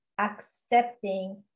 accepting